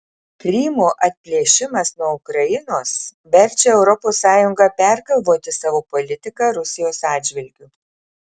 krymo atplėšimas nuo ukrainos verčia europos sąjungą pergalvoti savo politiką rusijos atžvilgiu